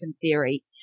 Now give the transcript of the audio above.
theory